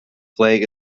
flag